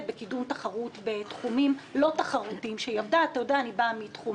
בקידום תחרות בתחומים לא תחרותיים אתה יודע שאני באה מתחום